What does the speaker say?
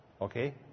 Okay